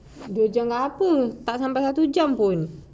dua jam apa tak sampai satu jam pun